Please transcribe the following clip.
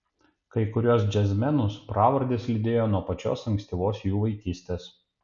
kai kuriuos džiazmenus pravardės lydėjo nuo pačios ankstyvos jų vaikystės